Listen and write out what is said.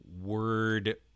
word